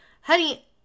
honey